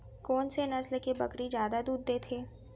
कोन से नस्ल के बकरी जादा दूध देथे